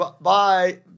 bye